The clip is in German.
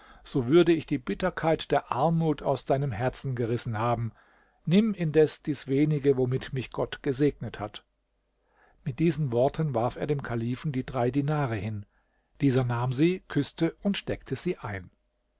so würde ich die bitterkeit der armut aus deinem herzen gerissen haben nimm indes dies wenige womit mich gott gesegnet hat mit diesen worten warf er dem kalifen die drei dinare hin dieser nahm sie küßte und steckte sie ein